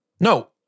No